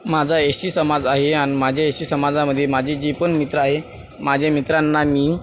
माझा S C समाज आहे आणि माझे एस सी समाजामध्ये माझे जेपण मित्र आहे माझे मित्रांना मी